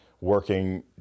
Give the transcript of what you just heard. working